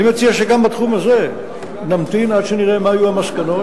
אני מציע שגם בתחום הזה נמתין עד שנראה מה יהיו המסקנות,